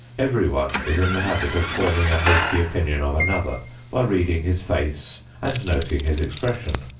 everyone is in the habit of forming a hasty opinion of another by reading his face and noting his expression.